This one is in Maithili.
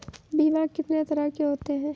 बीमा कितने तरह के होते हैं?